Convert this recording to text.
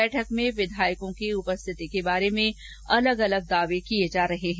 बैठक में विधायकों की उपस्थिति को बारे में अलग अलग दावे किये जा रहे हैं